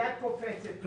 היד קופצת לו.